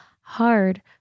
hard